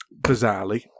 bizarrely